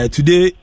Today